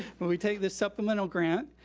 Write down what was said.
but we take this supplemental grant.